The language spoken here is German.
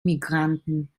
immigranten